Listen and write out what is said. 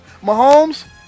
Mahomes